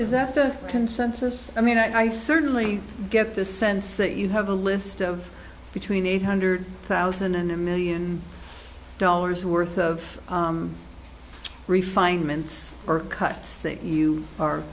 is that the consensus i mean i certainly get the sense that you have a list of between eight hundred thousand and a million dollars worth of refined ments are cuts that you are